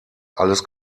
alles